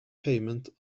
payment